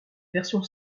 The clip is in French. version